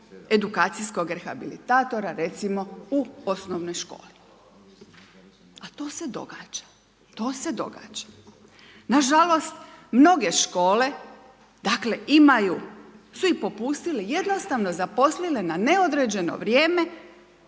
edukacijskog rehabilitatora recimo u osnovnoj školi? A to se događa. To se događa. Na žalost mnoge škole dakle, imaju, su i popustile, jednostavno zaposlile na neodređeno vrijeme